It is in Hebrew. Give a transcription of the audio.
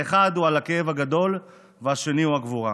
האחת היא על הכאב הגדול והשנייה הוא הגבורה.